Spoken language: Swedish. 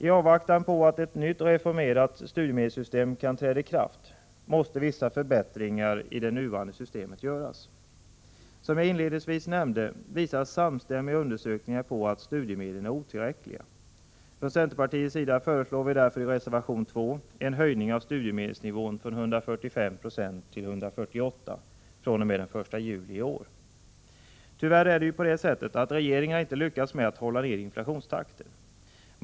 I avvaktan på att ett nytt reformerat studiemedelssystem kan träda i kraft måste vissa förbättringar i det nuvarande systemet göras. Som jag inledningsvis nämnde, visar samstämmiga undersökningar på att studiemedlen är otillräckliga. Från centerpartiets sida föreslår vi därför i reservation 2 en höjning av studiemedelsnivån från 145 9 till 148 96 från den 1 julii år. Tyvärr är det ju på det sättet att regeringen inte lyckas med att hålla ned inflationstakten.